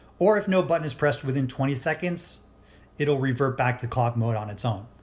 or if no button is pressed within twenty seconds it'll revert back to clock mode on its own.